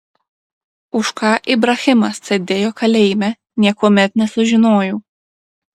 už ką ibrahimas sėdėjo kalėjime niekuomet nesužinojau